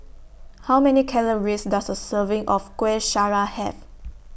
How Many Calories Does A Serving of Kueh Syara Have